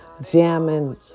jamming